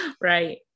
right